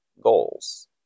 goals